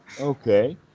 Okay